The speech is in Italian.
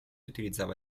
utilizzava